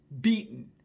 beaten